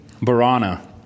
Barana